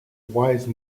wise